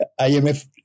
IMF